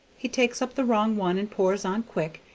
he takes up the wrong one and pours on quick,